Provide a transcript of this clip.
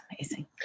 amazing